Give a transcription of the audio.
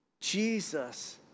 Jesus